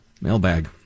Mailbag